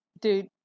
dude